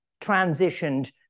transitioned